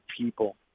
people